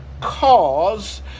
cause